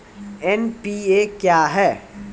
NPA क्या हैं?